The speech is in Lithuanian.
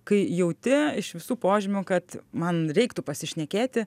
kai jauti iš visų požymių kad man reiktų pasišnekėti